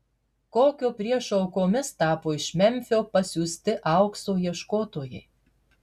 kokio priešo aukomis tapo iš memfio pasiųsti aukso ieškotojai